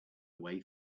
way